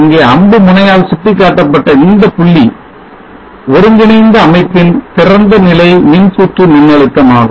இங்கே அம்பு முனையால் சுட்டிக்காட்டப்பட்ட இந்தப் புள்ளி ஒருங்கிணைந்த அமைப்பின் திறந்தநிலை மின்சுற்று மின்னழுத்தம் ஆகும்